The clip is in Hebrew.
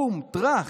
בום, טרך,